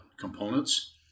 components